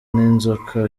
n’inzoka